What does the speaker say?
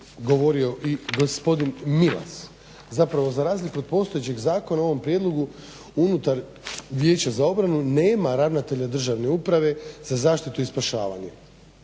govorio i gospodin Milas, zapravo za razliku od postojećeg zakona u ovom prijedlogu unutar Vijeća za obranu nema ravnatelja državne uprave za zaštitu i spašavanje.